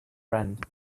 friend